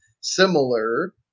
similar